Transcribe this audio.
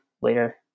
later